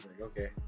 Okay